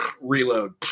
reload